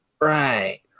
Right